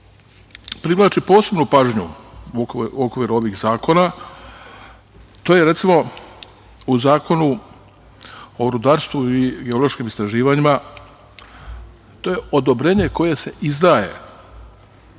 privlači posebnu pažnju u okviru ovih zakona, to je recimo u Zakonu o rudarstvu i geološkim istraživanjima. To je odobrenje koje se izdaje za istraživanje i gde